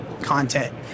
content